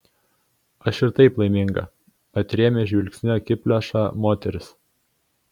aš ir taip laiminga atrėmė žvilgsniu akiplėšą moteris